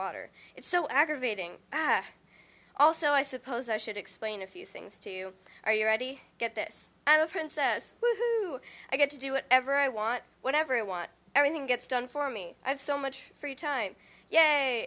water it's so aggravating also i suppose i should explain a few things to you are you ready get this i'm a princess who i get to do whatever i want whatever i want everything gets done for me i have so much free time yeah